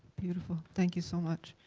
beautiful, thank you so much.